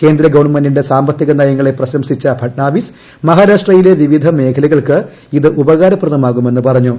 കേന്ദ്ര ഗവണ്മെന്റിന്റെ സാമ്പത്തിക നയങ്ങളെ പ്രശംസിച്ച ഭട്നാവിസ് മഹാരാഷ്ട്രയിലെ വിവിധ മേഖലകൾക്ക് ഇത് ഉപകാരപ്രദമാകുമെന്ന് പറഞ്ഞു